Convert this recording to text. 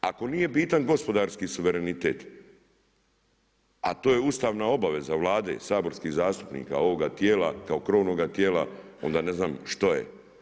Ako nije bitan gospodarski suverenitet, a to je ustavna obaveza Vlade, saborskih zastupnika, ovoga tijela kao krovnoga tijela onda ne znam što je.